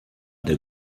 der